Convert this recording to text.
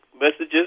Messages